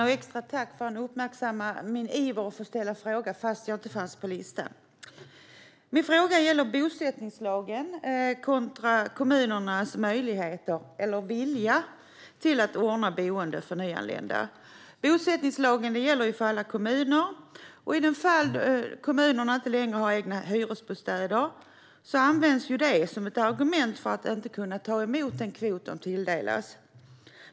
Herr talman! Min fråga gäller bosättningslagen kontra kommunernas möjligheter - eller vilja - att ordna boende för nyanlända. Bosättningslagen gäller för alla kommuner. I de fall då kommunerna inte längre har egna hyresbostäder används det som ett argument för att kommunen inte kan ta emot den kvot den tilldelats.